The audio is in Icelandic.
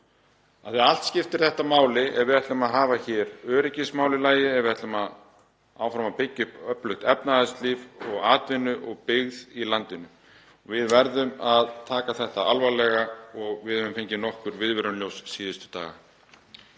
virki. Allt skiptir þetta máli ef við ætlum að hafa hér öryggismál í lagi, ef við ætlum að halda áfram að byggja upp öflugt efnahagslíf og atvinnu og byggð í landinu. Við verðum að taka þetta alvarlega og við höfum séð nokkur viðvörunarljós síðustu daga.